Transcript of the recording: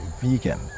vegan